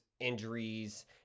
injuries